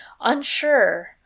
unsure